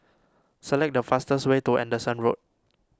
select the fastest way to Anderson Road